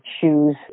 choose